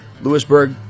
Lewisburg